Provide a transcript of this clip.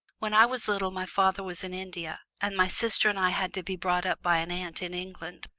when i was little my father was in india, and my sister and i had to be brought up by an aunt in england.